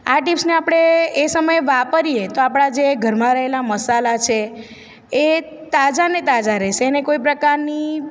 આ ટિપ્સને આપણે એ સમયે વાપરીએ તો આપણા જે ઘરમાં રહેલા મસાલા છે એ તાજાને તાજા રહેશે એને કોઈ પ્રકારની